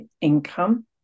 income